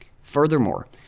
Furthermore